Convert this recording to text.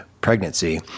pregnancy